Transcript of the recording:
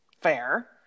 fair